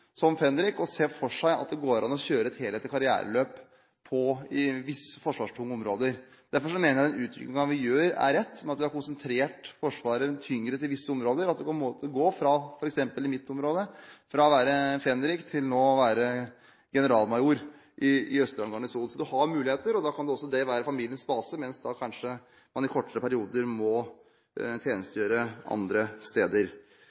som fenrik og se for seg at det går an å kjøre et helhetlig karriereløp i visse forsvarstunge områder. Derfor mener jeg den utviklingen vi har, er rett, ved at vi har konsentrert Forsvaret tyngre til visse områder, slik at en f.eks. i mitt område kan gå fra å være fenrik til å være generalmajor i Østerdal garnison. Så en har muligheter. Og da kan dette være familiens base mens man kanskje i kortere perioder må tjenestegjøre andre steder.